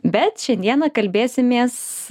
bet šiandieną kalbėsimės